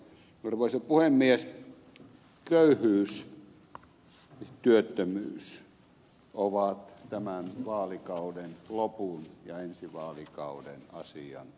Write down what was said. köyhyys työttömyys ovat tämän vaalikauden lopun ja ensi vaalikauden asian kovia juttuja